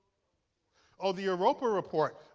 oh, the europa report?